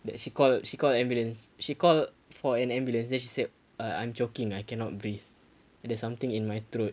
that she called she called the ambulance she called for an ambulance then she saiD uh I'm choking I cannot breathe there's something in my throat